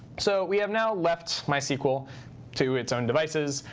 so we have now left mysql to its own devices.